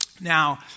Now